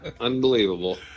Unbelievable